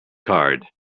card